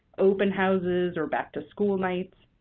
open houses, or back-to-school nights,